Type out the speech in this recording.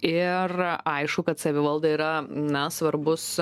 ir aišku kad savivalda yra na svarbus